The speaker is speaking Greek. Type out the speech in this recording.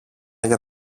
για